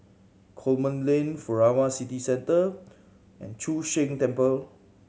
Coleman Lane Furama City Centre and Chu Sheng Temple